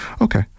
Okay